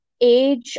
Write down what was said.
age